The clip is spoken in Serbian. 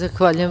Zahvaljujem.